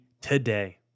today